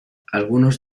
algunos